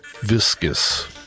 Viscous